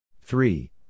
Three